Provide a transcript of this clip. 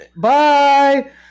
bye